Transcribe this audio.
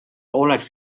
oleks